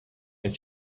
and